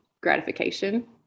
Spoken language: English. gratification